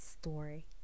story